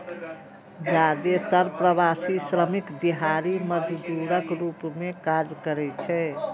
जादेतर प्रवासी श्रमिक दिहाड़ी मजदूरक रूप मे काज करै छै